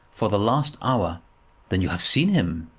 for the last hour then you have seen him?